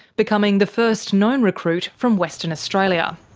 becoming the first known recruit from western australia.